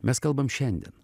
mes kalbam šiandien